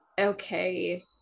okay